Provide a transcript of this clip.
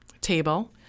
table